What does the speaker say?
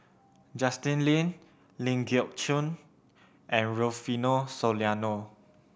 Justin Lean Ling Geok Choon and Rufino Soliano